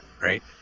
right